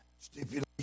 Stipulation